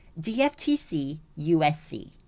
DFTCUSC